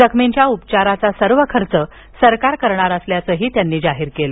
जखमींच्या उपचाराचा सर्व खर्च सरकार करणार असल्याचेही त्यानी जाहीर केले